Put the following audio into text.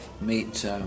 meet